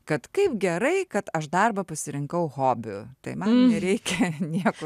kad kaip gerai kad aš darbą pasirinkau hobiu tai man nereikia niekur